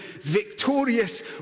victorious